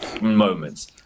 moments